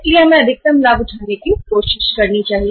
इसलिए हमें इसका अधिकतम लाभ उठाने की कोशिश करनी चाहिए